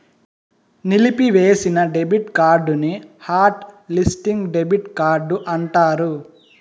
నిలిపివేసిన డెబిట్ కార్డుని hot listing debit card అంటారు